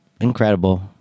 incredible